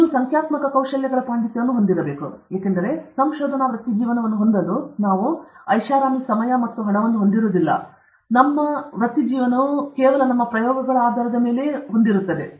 ನೀವು ಸಂಖ್ಯಾತ್ಮಕ ಕೌಶಲ್ಯಗಳ ಪಾಂಡಿತ್ಯ ಹೊಂದಿರಬೇಕು ಏಕೆಂದರೆ ಸಂಶೋಧನಾ ವೃತ್ತಿಜೀವನವನ್ನು ಹೊಂದಲು ನಾವು ಐಷಾರಾಮಿ ಸಮಯ ಮತ್ತು ಹಣವನ್ನು ಹೊಂದಿಲ್ಲ ಅಲ್ಲಿ ನಮ್ಮ ಪ್ರಯೋಗವು ಕೇವಲ ಪ್ರಯೋಗಗಳ ಆಧಾರದ ಮೇಲೆ ಮಾತ್ರವೇ ಇರುತ್ತದೆ